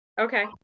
okay